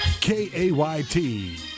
K-A-Y-T